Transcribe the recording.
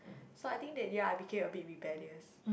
so I think that year I became a bit rebellious